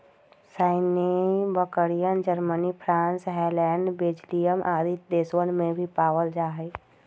सानेंइ बकरियन, Germany, France, Holland, Belgium आदि देशवन में भी पावल जाहई